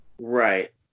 Right